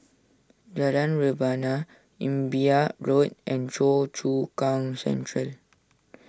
Jalan Rebana Imbiah Road and Choa Chu Kang Central